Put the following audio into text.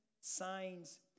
signs